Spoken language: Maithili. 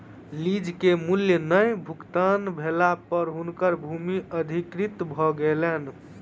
लीज के मूल्य नै भुगतान भेला पर हुनकर भूमि अधिकृत भ गेलैन